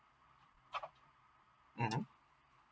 (uh huh)